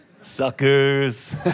suckers